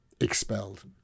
expelled